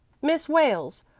miss wales,